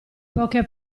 poche